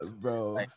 bro